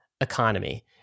economy